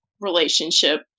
relationship